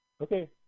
Okay